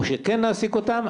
או שכן נעסיק אותם,